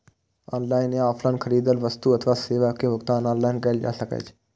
online या offline खरीदल वस्तु अथवा सेवा के भुगतान ऑनलाइन कैल जा सकैछ